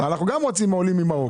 אנו גם רוצים עולים ממרוקו.